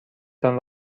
تان